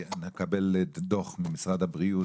נקבל דוח ממשרד הבריאות,